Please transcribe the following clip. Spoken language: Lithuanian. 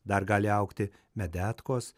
dar gali augti medetkos